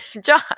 John